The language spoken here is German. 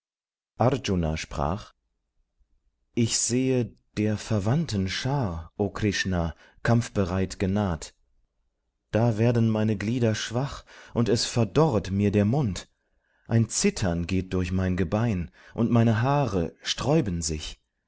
sprach ich sehe der verwandten schar o krishna kampfbereit genaht da werden meine glieder schwach und es verdorret mir der mund ein zittern geht durch mein gebein und meine haare sträuben sich